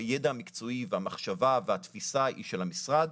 הידע המקצועי והמחשבה והתפיסה היא של המשרד.